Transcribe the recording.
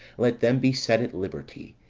let them be set at liberty,